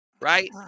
right